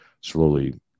slowly